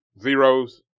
Zeros